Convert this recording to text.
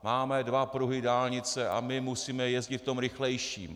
Máme dva pruhy dálnice a my musíme jezdit v tom rychlejším!